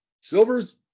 silver's